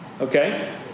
okay